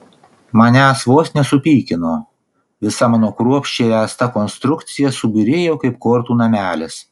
manęs vos nesupykino visa mano kruopščiai ręsta konstrukcija subyrėjo kaip kortų namelis